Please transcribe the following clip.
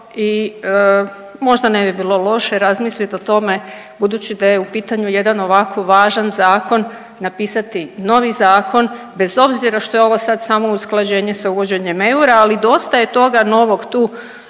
i možda ne bi bilo loše razmislit o tome budući da je u pitanju jedan ovako važan zakon napisati novi zakon bez obzira što je ovo sad samo usklađenje sa uvođenjem eura. Ali dosta je toga novog tu